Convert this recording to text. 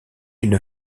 une